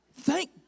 Thank